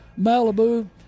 Malibu